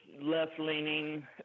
left-leaning